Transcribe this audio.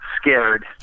scared